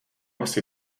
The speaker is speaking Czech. asi